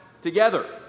together